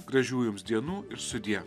gražių jums dienų ir sudie